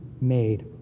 made